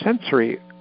sensory